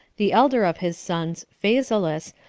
the elder of his sons, phasaelus,